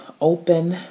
open